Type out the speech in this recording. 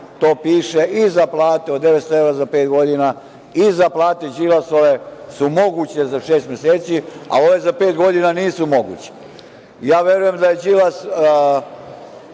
to piše i za plata od 900 evra za pet godina, i za plate Đilasove su moguće za šest meseci, a ove za pet godina nisu moguće. Verujem da je Đilas